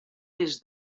des